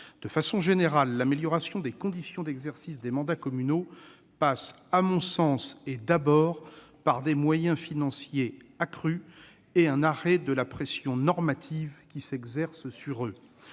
De façon générale, l'amélioration des conditions d'exercice des mandats communaux passe d'abord, à mon sens, par des moyens financiers accrus et un arrêt de la pression normative s'exerçant sur eux.